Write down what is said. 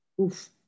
Oof